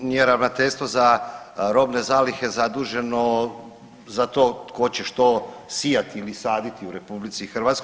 Pa nije ravnateljstvo za robne zalihe zaduženo za to tko će što sijati ili saditi u RH.